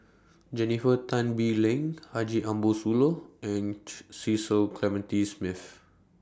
Jennifer Tan Bee Leng Haji Ambo Sooloh and Cecil Clementi Smith